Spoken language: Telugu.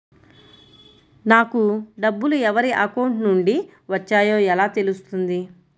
నాకు డబ్బులు ఎవరి అకౌంట్ నుండి వచ్చాయో ఎలా తెలుస్తుంది?